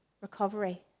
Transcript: recovery